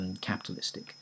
capitalistic